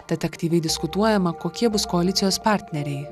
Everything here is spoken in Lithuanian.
tad aktyviai diskutuojama kokie bus koalicijos partneriai